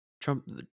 Trump